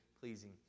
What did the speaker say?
pleasing